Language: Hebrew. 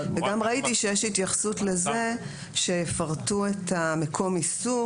גם ראיתי שיש התייחסות לזה שיפרטו את מקום העיסוק,